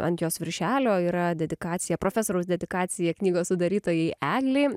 ant jos viršelio yra dedikacija profesoriaus dedikacija knygos sudarytojai eglei